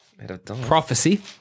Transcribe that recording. Prophecy